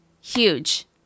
huge